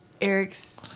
Eric's